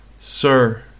Sir